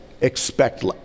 expect